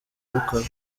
abikora